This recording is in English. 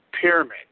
pyramid